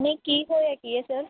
ਨਹੀਂ ਕੀ ਹੋਇਆ ਕੀ ਹੈ ਸਰ